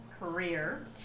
career